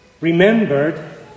remembered